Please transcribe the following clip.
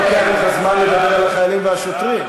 אבל למה לוקח לך זמן לדבר על החיילים והשוטרים?